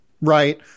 right